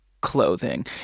clothing